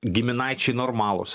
giminaičiai normalūs